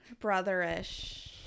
Brotherish